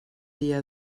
dia